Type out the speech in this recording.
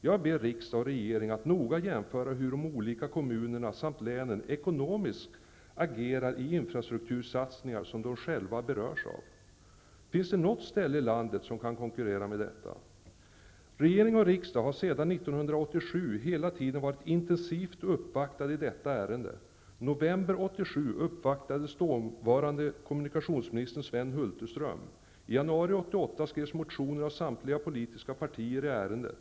Jag ber riksdag och regering att noga jämföra hur de olika kommunerna samt länen ekonomiskt agerar beträffande infrastruktursatsningar som de själva berörs av. Finns det någon plats i landet som kan konkurrera här? Regering och riksdag har sedan 1987 hela tiden intensivt uppvaktats i detta ärende. I november januari 1988 skrevs motioner av samtliga politiska partier i ärendet.